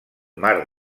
mar